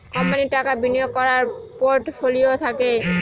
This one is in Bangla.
কোম্পানির টাকা বিনিয়োগ করার পোর্টফোলিও থাকে